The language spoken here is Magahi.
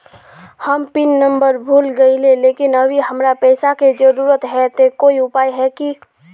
हम पिन नंबर भूल गेलिये लेकिन अभी हमरा पैसा के जरुरत है ते कोई उपाय है की?